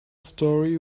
story